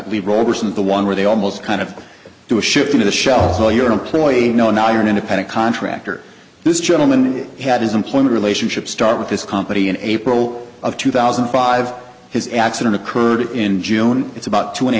believe rovers and the one where they almost kind of do a shift in the shell so you're an employee no now you're an independent contractor this gentleman had his employment relationship start with this company in april of two thousand and five his accident occurred in june it's about two and a